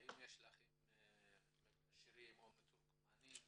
האם יש לכם מגשרים או מתורגמנים?